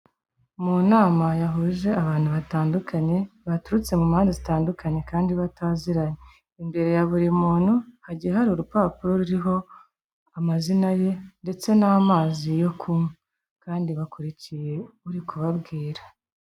Mu nama yahuje abantu batandukanye baturutse mu mpande zitandukanye kandi bataziranye, imbere ya buri muntu hagiye hari urupapuro ruriho amazina ye ndetse n'amazi yo kunywa kandi bakurikiye uri kubabwira.